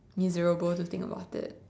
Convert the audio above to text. miserable to think about it